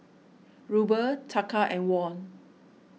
Ruble Taka and Won